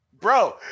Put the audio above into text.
Bro